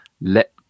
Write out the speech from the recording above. let